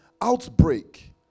outbreak